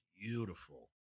beautiful